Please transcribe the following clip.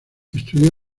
estudió